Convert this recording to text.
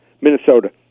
Minnesota